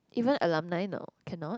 even alumni now cannot